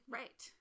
right